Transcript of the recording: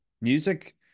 Music